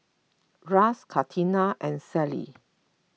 Russ Catina and Sally